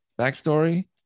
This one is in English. Backstory